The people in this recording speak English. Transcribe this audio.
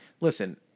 listen